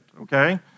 okay